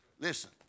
Listen